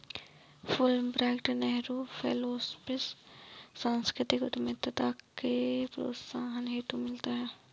Fulbright Nehru fellowship सांस्कृतिक उद्यमिता के प्रोत्साहन हेतु मिलता है